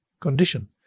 condition